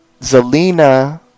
Zelina